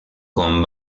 con